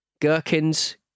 Gherkins